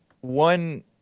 one